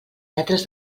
metres